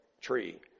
tree